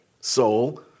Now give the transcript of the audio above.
soul